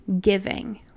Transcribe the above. giving